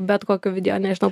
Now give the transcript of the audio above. bet kokių video nežinau